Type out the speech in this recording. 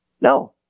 no